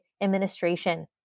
administration